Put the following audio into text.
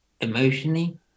emotionally